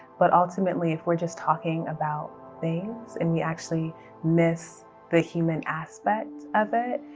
but ultimately, if we're just talking about things and we actually miss the human aspect of it,